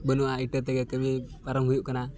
ᱵᱟᱹᱱᱩᱜᱼᱟ ᱤᱴᱟᱹ ᱛᱮᱜᱮ ᱠᱟᱹᱢᱤ ᱯᱟᱨᱚᱢ ᱦᱩᱭᱩᱜ ᱠᱟᱱᱟ